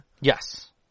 Yes